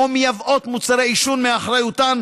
או מייבאות מוצרי עישון מאחריותן,